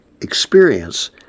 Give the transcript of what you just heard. experience